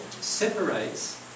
separates